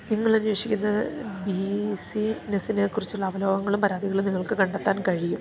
നിങ്ങൾ അന്വേഷിക്കുന്ന ബിസിനസ്സിനെക്കുറിച്ചുള്ള അവലോകങ്ങളും പരാതികളും നിങ്ങൾക്ക് കണ്ടെത്താൻ കഴിയും